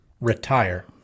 retire